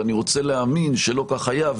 ואני רוצה להאמין שלא כך היה,